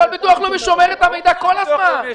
אבל הביטוח הלאומי שומר את המידע כל הזמן.